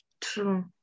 True